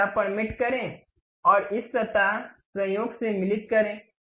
इस सतह पर मेट करे और इस सतह संयोग से मिलित करें